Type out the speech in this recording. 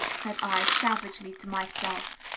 said i, savagely, to myself,